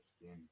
skin